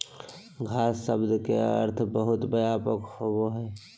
घास शब्द के अर्थ बहुत व्यापक होबो हइ